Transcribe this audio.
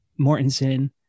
Mortensen